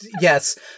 Yes